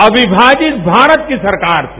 अविमाजित भारत की सरकार थी